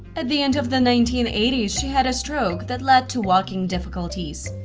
at the end of the nineteen eighty s she had a stroke that led to walking difficulties.